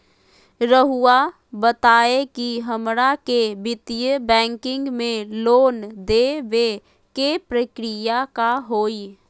रहुआ बताएं कि हमरा के वित्तीय बैंकिंग में लोन दे बे के प्रक्रिया का होई?